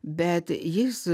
bet jis